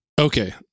okay